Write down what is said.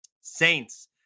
Saints